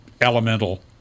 elemental